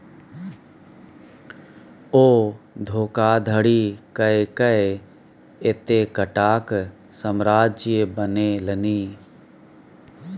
ओ धोखाधड़ी कय कए एतेकटाक साम्राज्य बनेलनि